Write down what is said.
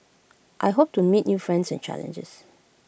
I hope to meet new friends and challenges